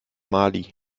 mali